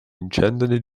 vincendone